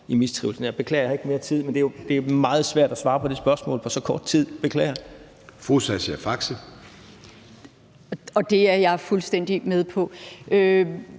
Det er jeg fuldstændig med på.